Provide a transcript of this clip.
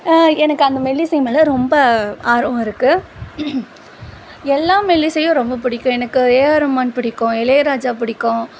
எனக்கு அந்த மெல்லிசை மேலே ரொம்ப ஆர்வம் இருக்குது எல்லா மெல்லிசையும் ரொம்ப பிடிக்கும் எனக்கு ஏஆர் ரகுமான் பிடிக்கும் இளையராஜா பிடிக்கும்